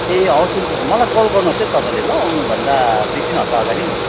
ए हवस् हुन्छ मलाई कल गर्नु होस् है तपाईँले ल आउनु भन्दा दुई तिन हप्ता अगाड़ि नै